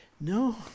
No